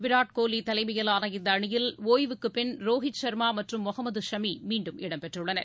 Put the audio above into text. விராட் கோலி தலைமையிலான இந்த அணியில் ஓய்வுக்குப்பின் ரோஹித் ஷர்மா மற்றும் முகமது ஷமி மீண்டும் இடம் பெற்றுள்ளனர்